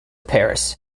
paris